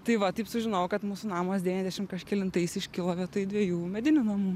tai va taip sužinojau kad mūsų namas devyniasdešim kažkelintais iškilo vietoj dviejų medinių namų